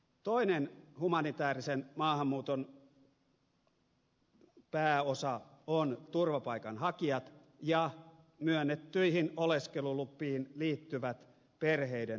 toinen humanitäärisen maahanmuuton pääosa ovat turvapaikanhakijat ja myönnettyihin oleskelulupiin liittyvät perheiden yhdistämiset